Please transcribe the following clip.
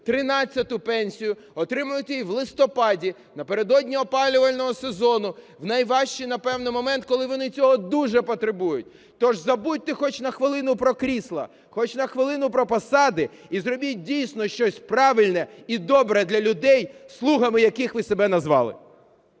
пенсію, отримають її в листопаді, напередодні опалювального сезону, в найважчий, напевно, момент, коли вони цього дуже потребують. Тож забудьте хоч на хвилину про крісла, хоч на хвилину про посади і зробіть дійсно щось правильне і добре для людей, "слугами" яких ви себе назвали.